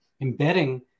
embedding